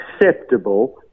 acceptable